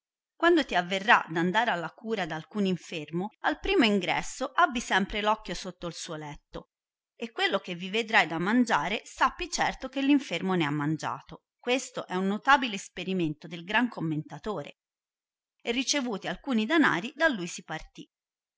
quando ti averrà d andar alla cura d alcun infermo al primo ingresso abbi sempre rocchio sotto suo letto e quello che vi vedrai da mangiare sappi certo che l infermo ne ha mangiato questo è un notabile isperimento del gran commentatore e ricevuti alcuni danari da lui si partì